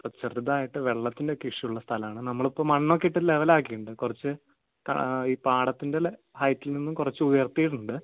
ചെറുതായിട്ട് വെള്ളത്തിനൊക്കെ ഇഷ്യൂ ഉള്ള സ്ഥലമാണ് നമ്മളിപ്പോൾ മണ്ണൊക്കെ ഇട്ട് ലെവലാക്കിയിട്ടുണ്ട് കുറച്ച് ഈ പാടത്തിൻ്റെ ഹൈറ്റിൽ നിന്നും കുറച്ച് ഉയർത്തിയിട്ടുണ്ട്